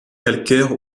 calcaires